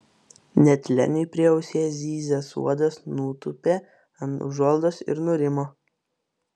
net leniui prie ausies zyzęs uodas nutūpė ant užuolaidos ir nurimo